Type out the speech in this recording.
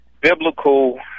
biblical